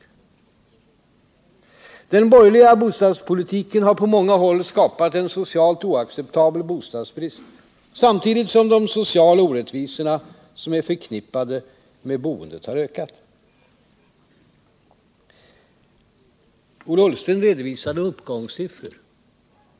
Den borgerliga bostadspolitiken har på många håll skapat en socialt oacceptabel bostadsbrist samtidigt som de sociala orättvisor som är förknippade med boendet har ökat. Ola Ullsten redovisade uppgångssiffror.